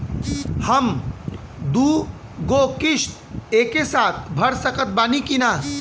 हम दु गो किश्त एके साथ भर सकत बानी की ना?